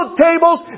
tables